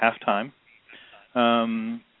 half-time